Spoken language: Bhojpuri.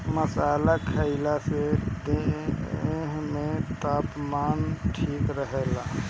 मसाला खईला से देह में तापमान ठीक रहेला